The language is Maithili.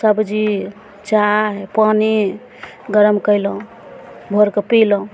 सब्जी चाय पानि गरम कयलहुॅं भोरकऽ पीलहुॅं